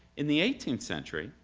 in the eighteenth century,